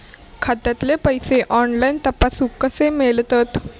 खात्यातले पैसे ऑनलाइन तपासुक कशे मेलतत?